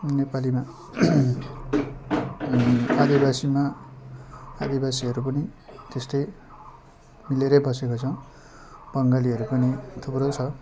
नेपालीमा आदिवासीमा आदिवासीहरू पनि त्यस्तै मिलेरै बसेको छ बङ्गालीहरू पनि थुप्रो छ